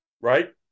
right